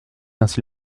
ainsi